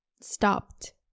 stopped